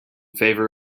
favor